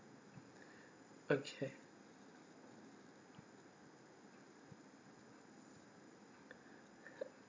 okay